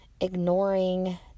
ignoring